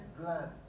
blood